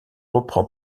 reprend